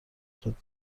خواد